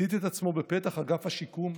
מצית את עצמו בפתח אגף השיקום?